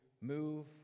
move